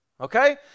Okay